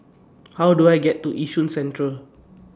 How Do I get to Yishun Central